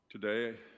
today